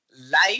life